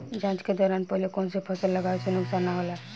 जाँच के दौरान पहिले कौन से फसल लगावे से नुकसान न होला?